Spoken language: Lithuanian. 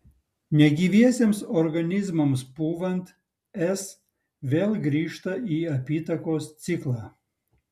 negyviesiems organizmams pūvant s vėl grįžta į apytakos ciklą